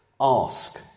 Ask